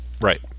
Right